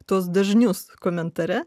tuos dažnius komentare